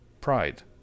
pride